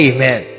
Amen